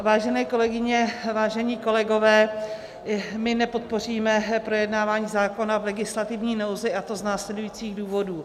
Vážené kolegyně, vážení kolegové, my nepodpoříme projednávání zákona v legislativní nouzi, a to z následujících důvodů.